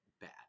bad